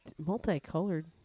multicolored